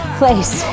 place